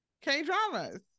K-dramas